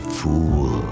fool